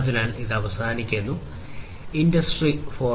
അതിനാൽ ഇത് അവസാനിക്കുന്നു ഇൻഡസ്ട്രി 4